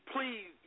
Please